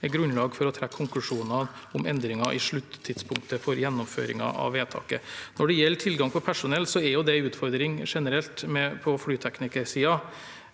er grunnlag for å trekke konklusjoner om endringer i sluttidspunktet for gjennomføringen av vedtaket. Når det gjelder tilgang på personell, er det en utfordring generelt på flyteknikersiden.